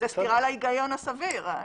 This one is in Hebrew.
זאת סתירה להיגיון הסביר.